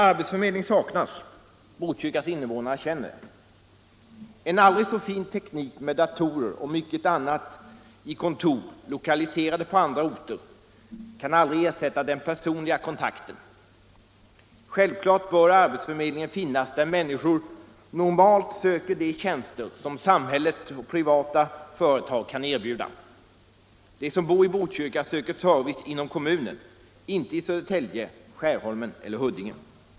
Arbetsförmedling saknas — Botkyrkas innevånare känner det. En aldrig så fin teknik med datorer och mycket annat i kontor lokaliserade på andra orter kan aldrig ersätta den personliga kontakten. Självklart bör arbetsförmedlingen finnas där människor normalt söker de tjänster som samhället och privata företag kan erbjuda. De som bor i Botkyrka söker service inom kommunen, inte i Södertälje, Skärholmen eller Huddinge.